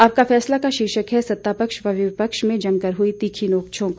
आपका फैसला का शीर्षक है सतापक्ष व विपक्ष में जमकर हुई तीखी नोक झोंक